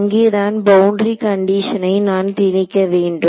அங்கேதான் பவுண்டரி கண்டிஷனை நான் திணிக்க வேண்டும்